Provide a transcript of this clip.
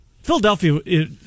Philadelphia